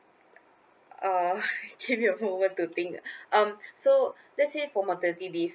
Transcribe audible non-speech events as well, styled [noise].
uh [laughs] give me a moment to think um so let's say for maternity leave